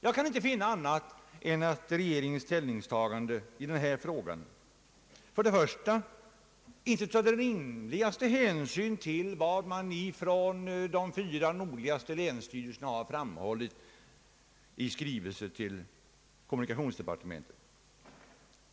Jag kan inte finna annat än att regeringens ställningstagande i denna fråga inte tar rimlig hänsyn till vad länsstyrelserna i de fyra nordligaste länen framhållit i skrivelse till kommunikationsdepartementet.